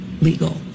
legal